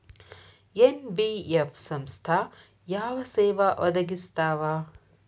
NBF ಸಂಸ್ಥಾ ಯಾವ ಸೇವಾ ಒದಗಿಸ್ತಾವ?